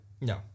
No